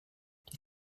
die